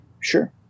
Sure